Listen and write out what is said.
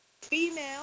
female